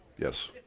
Yes